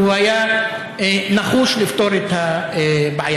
והוא היה נחוש לפתור את הבעיה.